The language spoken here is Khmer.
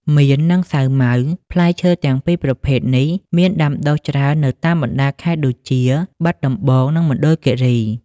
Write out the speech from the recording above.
មៀន និងសាវម៉ាវ ផ្លែឈើទាំងពីរប្រភេទនេះមានដាំដុះច្រើននៅតាមបណ្តាខេត្តដូចជា បាត់ដំបង និងមណ្ឌលគិរី។